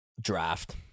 Draft